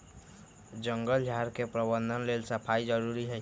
जङगल झार के प्रबंधन लेल सफाई जारुरी हइ